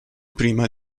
prima